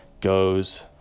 goes